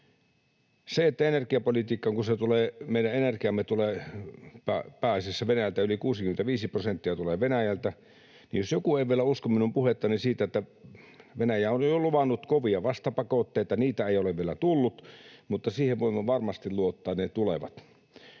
vähemmän päästöjä teemme. Meidän energiamme tulee pääasiassa Venäjältä, yli 65 prosenttia tulee Venäjältä, ja jos joku ei vielä usko minun puhettani siitä, että... Venäjä on jo luvannut kovia vastapakotteita, ja vaikka niitä ei vielä ole tullut, niin siihen voimme varmasti luottaa, että ne tulevat.